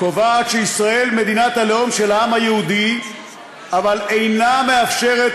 קובעת שישראל היא מדינת הלאום של העם היהודי אבל אינה מאפשרת